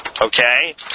okay